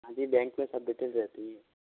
हाँ जी बैंक में सब डिटेल्स रहती हैं